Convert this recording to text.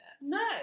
No